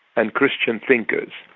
and christian thinkers.